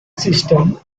system